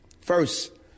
First